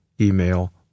email